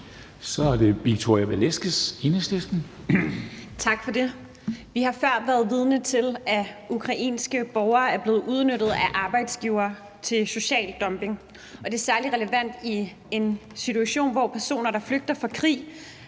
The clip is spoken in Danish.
Kl. 13:20 Victoria Velasquez (EL): Tak for det. Vi har før været vidne til, at ukrainske borgere er blevet udnyttet af arbejdsgivere til social dumping, og det er særlig relevant i en situation, hvor personer, der flygter fra krig,